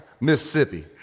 Mississippi